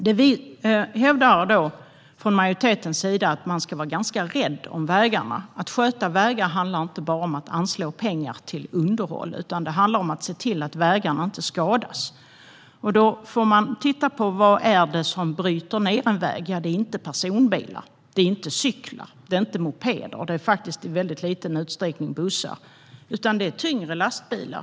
Vi hävdar från majoritetens sida att man ska vara ganska rädd om vägarna. Att sköta vägar handlar inte bara om att anslå pengar till underhåll, utan det handlar om att se till att vägarna inte skadas. Då får man se på vad det är som bryter ned en väg. Det är inte personbilar, det är inte cyklar, det är inte mopeder och det är faktiskt i väldigt liten utsträckning bussar. Det handlar om tyngre lastbilar.